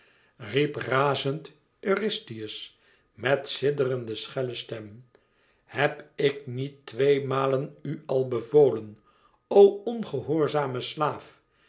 riep razend eurystheus met sidderend schelle stem heb ik niet twee malen u al bevolen o ongehoorzame slaaf